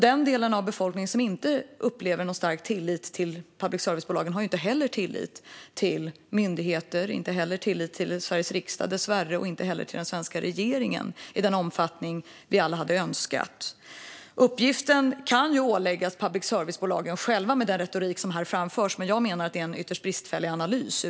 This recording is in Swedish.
Den del av befolkningen som inte upplever någon stark tillit till public service-bolagen har inte heller tillit till myndigheter, dessvärre inte till Sveriges riksdag och inte heller till den svenska regeringen i den omfattning vi alla hade önskat. Uppgiften kan åläggas public service-bolagen själva, enligt den retorik som här framförs, men jag menar att det är en ytterst bristfällig analys.